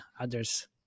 others